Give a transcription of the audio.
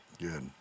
good